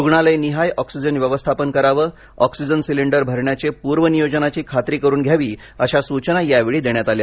रुग्णालयनिहाय oxygen व्यवस्थापन करावं oxygen cylinder भरण्याचे पूर्वनियोजनाची खात्री करून घ्यावी अशा सूचना यावेळी देण्यात आल्या